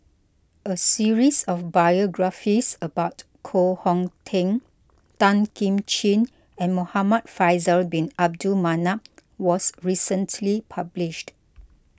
a series of biographies about Koh Hong Teng Tan Kim Ching and Muhamad Faisal Bin Abdul Manap was recently published